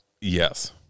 Yes